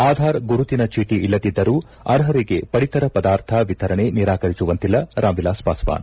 ಆಧಾರ್ ಗುರುತಿನ ಚೀಟಿ ಇಲ್ಲದಿದ್ದರೂ ಅರ್ಹರಿಗೆ ಪಡಿತರ ಪದಾರ್ಥ ವಿತರಣೆ ನಿರಾಕರಿಸುವಂತಿಲ್ಲ ರಾಮ್ ವಿಲಾಸ್ ಪಾಸ್ವಾನ್